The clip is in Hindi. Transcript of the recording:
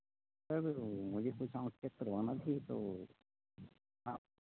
सर मुझे चेक करवानी थी तो